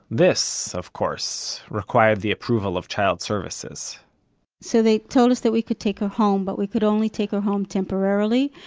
this, of course, required the approval of child services so they told us that we could take her home, but we could only take her home temporarily.